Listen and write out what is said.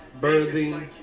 birthing